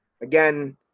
Again